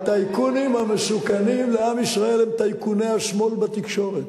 הטייקונים המסוכנים לעם ישראל הם טייקוני השמאל בתקשורת,